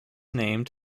named